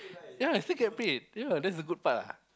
ya still get paid ya that's the good part